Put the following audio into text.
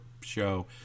show